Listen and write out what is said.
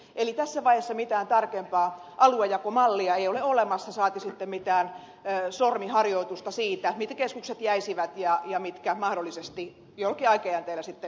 eli tässä vaiheessa mitään tarkempaa aluejakomallia ei ole olemassa saati sitten mitään sormiharjoitusta siitä mitkä keskukset jäisivät ja mitkä mahdollisesti jollakin aikajänteellä sitten loppuisivat